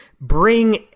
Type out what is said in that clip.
bring